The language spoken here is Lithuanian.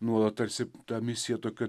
nuolat tarsi ta misija tokia